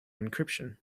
encryption